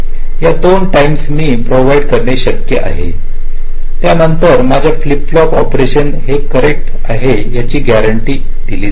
या दोन टाइम्स मी प्रोव्हाइिड करणे ही शक्य आहे त्यानंतर माझ्या फ्लिप फ्लॉप ऑपरेशन हे करेक्ट आहे याची गॅरेंटी बददलली जाईल